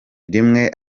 rimwe